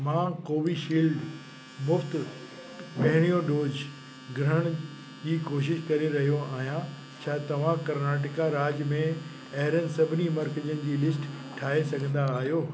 मां कोवीशील्ड मुफ़्त पहिरियों डोज ग्रहण जी कोशिशि करे रहियो आहियां छा तव्हां कर्नाटका राज्य में अहिड़नि सभिनी मर्कजनि जी लिस्ट ठाहे सघंदा आहियो